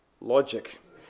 logic